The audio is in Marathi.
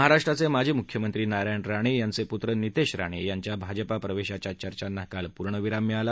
महाराष्ट्राचे माजी मुख्यमंत्री नारायण राणे यांचे पुत्रनितेश राणे यांच्या भाजपा प्रवेशाच्या चर्चांना काल पूर्णविराम मिळाला